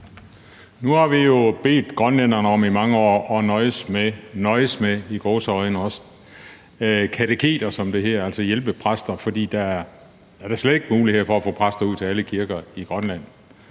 i mange år bedt grønlænderne om at nøjes med – i gåseøjne – kateketer, som det hedder, altså hjælpepræster, fordi der slet ikke er mulighed for at få præster ud til alle kirker i Grønland.